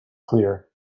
clear